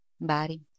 Bari